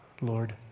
Lord